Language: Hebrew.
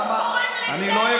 אמסלם, לא מתאים לך.